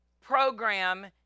program